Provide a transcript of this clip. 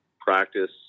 practice